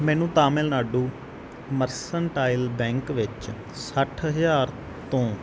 ਮੈਨੂੰ Tamil Nadu mercantile bank ਵਿੱਚ ਸੱਠ ਹਜ਼ਾਰ ਤੋਂ